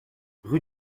rue